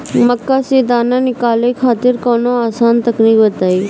मक्का से दाना निकाले खातिर कवनो आसान तकनीक बताईं?